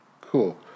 Cool